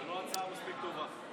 זאת לא הצעה מספיק טובה.